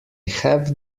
have